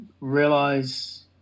realize –